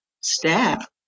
staff